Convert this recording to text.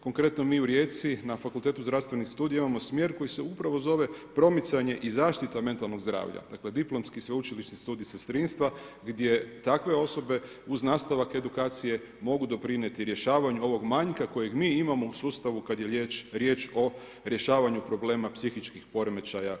Konkretno mi u Rijeci na Fakultetu zdravstvenih studija imamo smjer koji se upravo zove promicanje i zaštita mentalnog zdravlja, dakle diplomski i sveučilišni studij sestrinstva gdje takve osobe uz nastavak edukacije mogu doprinijeti rješavanju ovog manjka kojem mi imamo u sustav kad je riječ o rješavanju problema psihičkih poremećaja kod građana Hrvatske.